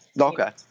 Okay